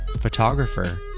photographer